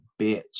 bitch